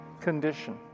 condition